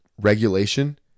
regulation